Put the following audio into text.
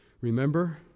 remember